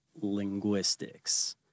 linguistics